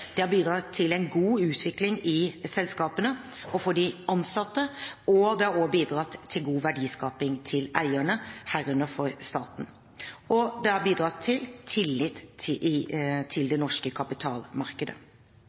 Det har bidratt til en god utvikling i selskapene og for de ansatte, det har også bidratt til god verdiskaping til eierne, herunder for staten, og det har bidratt til tillit til det norske kapitalmarkedet. La meg også kort få kommentere et annet forhold i